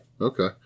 okay